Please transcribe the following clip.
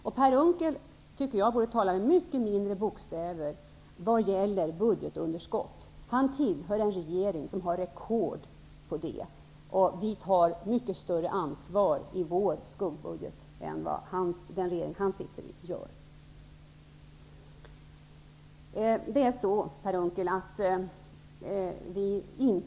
Jag tycker att Per Unckel borde tala med mycket mindre bokstäver när det gäller budgetunderskott. Han tillhör en regering som har rekord i det. Vi tar mycket större ansvar i vår skuggbudget än den regering Per Unckel sitter i.